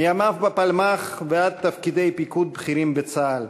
מימיו בפלמ"ח ועד תפקידי פיקוד בכירים בצה"ל,